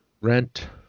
Rent